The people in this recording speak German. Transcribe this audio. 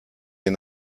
den